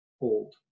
old